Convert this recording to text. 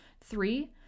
Three